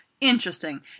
Interesting